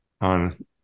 on